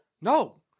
No